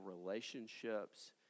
relationships